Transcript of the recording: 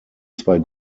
zwei